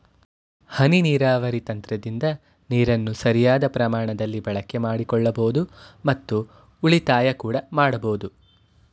ಹನಿ ನೀರಾವರಿ ತಂತ್ರದಿಂದ ನೀರನ್ನು ಸರಿಯಾದ ಪ್ರಮಾಣದಲ್ಲಿ ಬಳಕೆ ಮಾಡಿಕೊಳ್ಳಬೋದು ಮತ್ತು ಉಳಿತಾಯ ಕೂಡ ಮಾಡಬೋದು